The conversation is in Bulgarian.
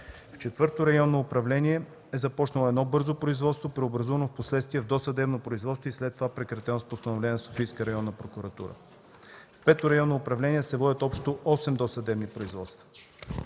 в Четвърто районно управление е започнало едно бързо производство, преобразувано впоследствие в досъдебно производство и след това прекратено с Постановление на Софийска районна прокуратура. В Пето районно управление се водят общо 8 досъдебни производства.